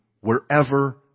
wherever